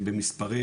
שבמספרים,